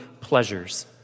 pleasures